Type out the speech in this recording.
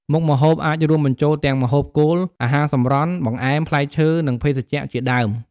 មុខម្ហូបអាចរួមបញ្ចូលទាំង ម្ហូបគោល អាហារសម្រន់ បង្អែម ផ្លែឈើ និងភេសជ្ជៈ ជាដើម។